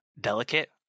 delicate